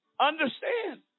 understand